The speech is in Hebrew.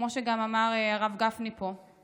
כמו שגם אמר הרב גפני פה.